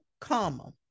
comma